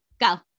go